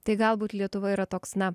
tai galbūt lietuva yra toks na